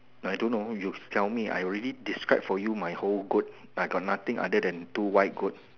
I don't know you tell me I already describe for you my whole goat I got nothing only the two white goat